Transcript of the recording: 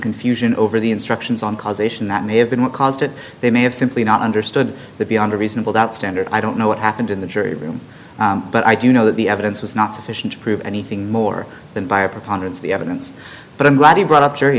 confusion over the instructions on causation that may have been what caused it they may have simply not understood the beyond a reasonable doubt standard i don't know what happened in the jury room but i do know that the evidence was not sufficient to prove anything more than by a preponderance of the evidence but i'm glad you brought up